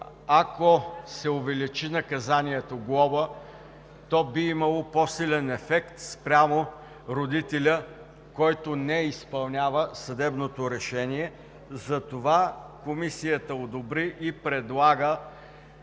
ако се увеличи наказанието глоба, то би имало по-силен ефект спрямо родителя, който не изпълнява съдебното решение. Затова Комисията одобри и предлага